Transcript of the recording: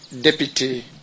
deputy